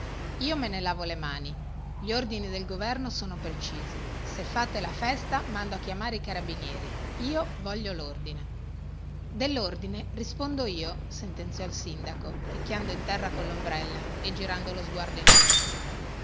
io me ne lavo le mani gli ordini del governo sono precisi se fate la festa mando a chiamare i carabinieri io voglio lordine dellordine rispondo io sentenziò il sindaco picchiando in terra collombrella e girando lo sguardo intorno